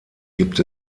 gibt